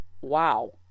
wow